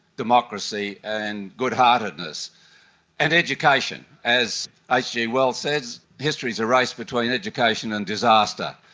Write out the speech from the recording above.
democracy and good heartedness, and education. as hg wells says, history is a race between education and disaster.